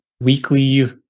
weekly